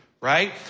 right